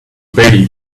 pay